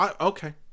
Okay